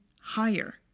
higher